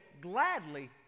gladly